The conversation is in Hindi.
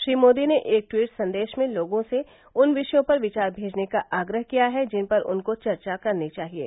श्री मोदी ने एक ट्वीट संदेश में लोगों से उन विषयों पर विचार भेजने का आग्रह किया है जिन पर उनको चर्चा करनी चाहिये